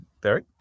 Barry